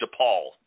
DePaul